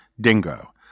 dingo